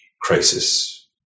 crisis